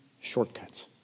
shortcuts